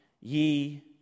ye